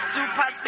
Super